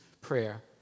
prayer